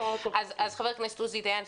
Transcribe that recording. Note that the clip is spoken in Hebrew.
בבקשה, חבר הכנסת עוזי דיין.